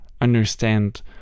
understand